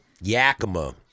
Yakima